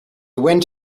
went